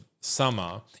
summer